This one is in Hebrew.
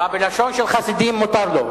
אה, בלשון של חסידים מותר לו.